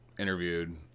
interviewed